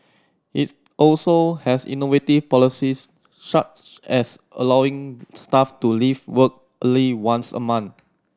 it's also has innovative policies such as allowing staff to leave work early once a month